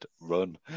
Run